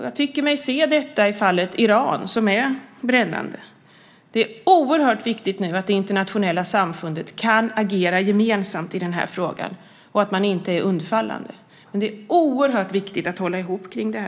Jag tycker mig se detta i fallet Iran, som är brännande. Det är oerhört viktigt att det internationella samfundet nu kan agera gemensamt i denna fråga och inte är undfallande. Det är oerhört viktigt att hålla ihop kring detta.